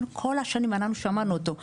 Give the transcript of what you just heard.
כל השנים אנחנו שמענו את זה,